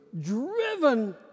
driven